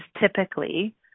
typically